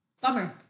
bummer